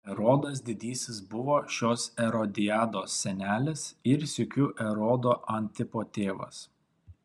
erodas didysis buvo šitos erodiados senelis ir sykiu erodo antipo tėvas